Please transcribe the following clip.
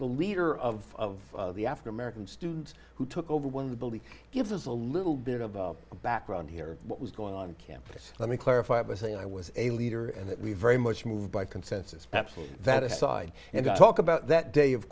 the leader of the african american student who took over one of the building gives us a little bit of background here what was going on campus let me clarify by saying i was a leader and that we very much moved by consensus absolutely that aside and talk about that day of